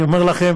אני אומר לכם,